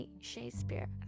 Shakespeare